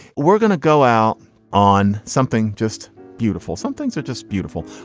we're gonna go out on something just beautiful some things are just beautiful.